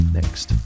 next